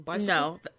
No